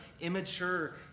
immature